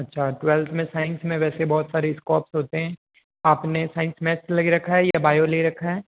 अच्छा ट्वेल्थ में साइंस में वैसे बहुत सारे स्कोप्स होते हैं अपने साइंस मैथ से ले रखा है या बायो ले रखा है